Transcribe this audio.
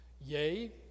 Yea